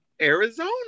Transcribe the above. Arizona